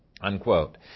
unquote